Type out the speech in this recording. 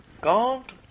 God